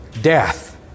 death